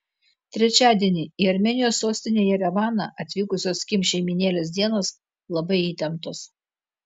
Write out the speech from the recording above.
trečiadienį į armėnijos sostinę jerevaną atvykusios kim šeimynėlės dienos labai įtemptos